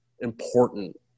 important